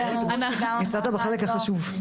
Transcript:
יצאת בחלק החשוב.